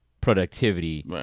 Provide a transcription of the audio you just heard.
productivity